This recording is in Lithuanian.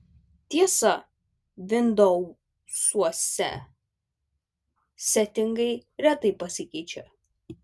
tiesa vindousuose setingai retai pasikeičia